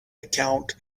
account